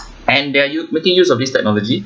and they're use making use of this technology